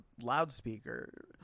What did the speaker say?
loudspeaker